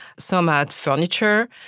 some had furniture,